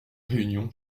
réunion